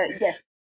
yes